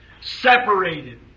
separated